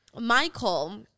Michael